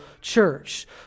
church